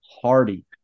Hardy